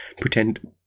pretend